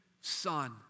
son